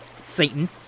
Satan